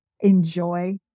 enjoy